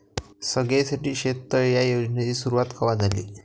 सगळ्याइसाठी शेततळे ह्या योजनेची सुरुवात कवा झाली?